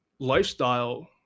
lifestyle